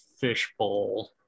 fishbowl